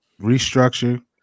restructure